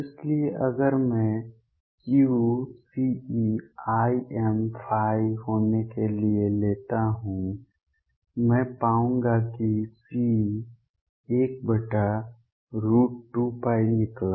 इसलिए अगर मैं Q Ceimϕ होने के लिए लेता हूं मैं पाऊंगा कि C 12π निकला